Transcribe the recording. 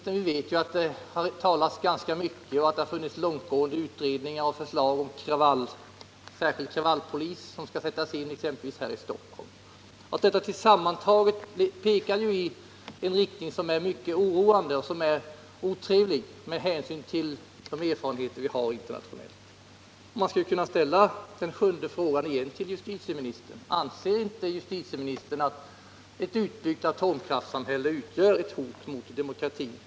Men vi vet ju att det har talats ganska mycket om och funnits långtgående utredningar och förslag om särskild kravallpolis, som skulle sättas in exempelvis här i Stockholm. Allt detta sammantaget pekar i en riktning som är mycket oroande och otrevlig med hänsyn till de erfarenheter vi har internationellt. Man skulle kunna ställa den sjunde frågan igen till justitieministern: Anser inte justitieministern att ett utbyggt atomkraftssamhälle utgör ett hot mot demokratin?